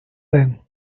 then